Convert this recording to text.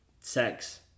sex